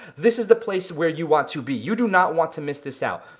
this is the place where you want to be, you do not want to miss this out.